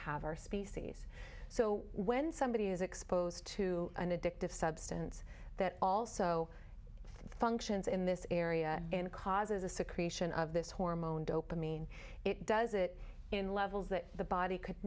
have our species so when somebody is exposed to an addictive substance that also functions in this area and causes a secretion of this hormone dopamine it does it in levels that the body could